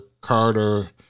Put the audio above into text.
Carter